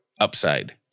upside